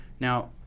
Now